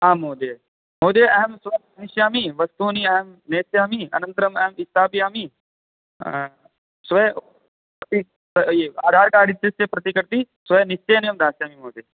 आम् महोदय महोदय अहं श्वः आगमिस्यामि वस्तूनि अहं नेस्यामि अनन्तरं अहं स्थापयामि स्वयमपि आधार् कार्ड एतस्य प्रतिकापि श्वः निश्चयेन दास्यामि महोदय